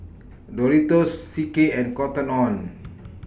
Doritos C K and Cotton on